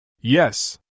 Yes